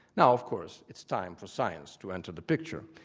now of course it's time for science to enter the picture,